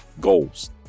goals